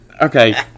okay